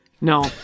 No